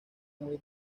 muy